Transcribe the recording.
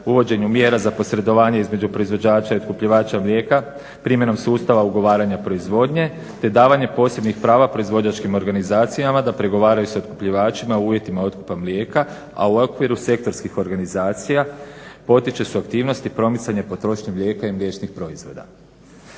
uvođenju mjera za posredovanje između proizvođača i otkupljivača mlijeka primjenom sustava ugovaranja proizvodnje te davanje posebnih prava proizvođačkim organizacijama da pregovaraju s otkupljivačima u uvjetima otkupa mlijeka, a u okviru sektorskih organizacija potiču se aktivnosti promicanja potrošnje mlijeka i mliječnih proizvoda.